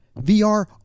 VR